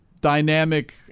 dynamic